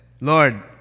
Lord